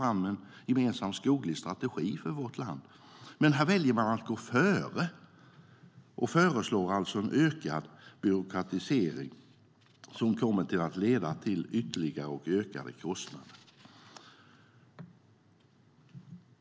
Det är ett arbete som jag i sak vill berömma, men man väljer alltså att gå före och föreslå en ökad byråkratisering som kommer att leda till ytterligare och ökade kostnader.